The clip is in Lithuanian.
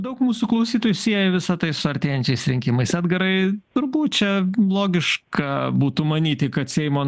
daug mūsų klausytojų sieja visa tai su artėjančiais rinkimais edgarai turbūt čia logiška būtų manyti kad seimo